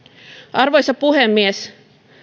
arvoisa puhemies